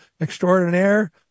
extraordinaire